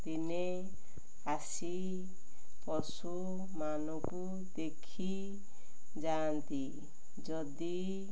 ଦିନେ ଆସି ପଶୁମାନଙ୍କୁ ଦେଖି ଯାଆନ୍ତି ଯଦି